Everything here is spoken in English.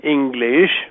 English